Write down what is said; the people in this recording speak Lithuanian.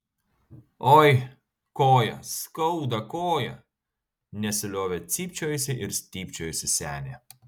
oi koją skauda koją nesiliovė cypčiojusi ir stypčiojusi senė